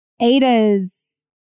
Ada's